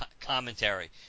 commentary